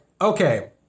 okay